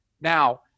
now